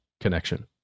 connection